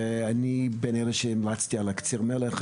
ואני בין אלה שהמלצתי על קציר המלח,